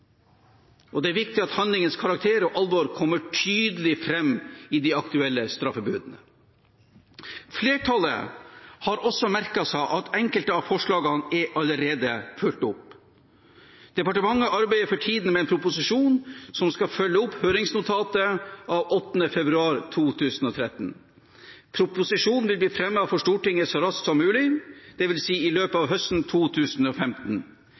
og det er viktig at handlingens karakter og alvor kommer tydelig fram i de aktuelle straffebudene. Flertallet har også merket seg at enkelte av forslagene allerede er fulgt opp. Departementet arbeider for tiden med en proposisjon som skal følge opp høringsnotatet av 8. februar 2013. Proposisjonen vil bli fremmet for Stortinget så raskt som mulig, det vil si i løpet av høsten 2015.